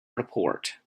report